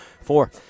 four